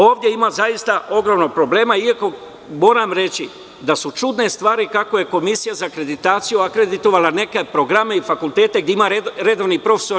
Ovde ima zaista ogromnih problema iako moram reći da su čudne stvari kako je Komisija za akreditaciju akreditovala neke od programa i fakultete gde ima samo jedan redovni profesor.